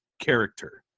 character